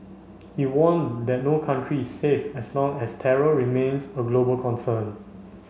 he warned that no country is safe as long as terror remains a global concern